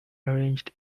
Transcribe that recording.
arranged